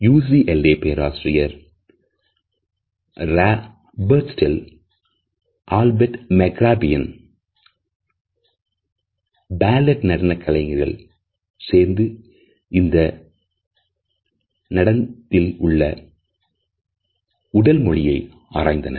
UCLA பேராசிரியர் Ray Birdwhistell Albert மெக்ரா பியன் Ballad நடன கலைஞர் சேர்ந்து இந்த நடந்ததில் உள்ள உடல் மொழியை ஆராய்ந்தனர்